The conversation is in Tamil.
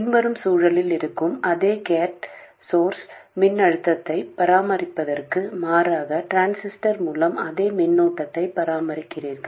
பின்வரும் சூழலில் இருக்கும் அதே கேட் சோர்ஸ் மின்னழுத்தத்தை பராமரிப்பதற்கு மாறாக டிரான்சிஸ்டர் மூலம் அதே மின்னோட்டத்தை பராமரிக்கிறீர்கள்